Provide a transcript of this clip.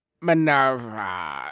Minerva